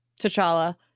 T'Challa